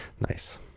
nice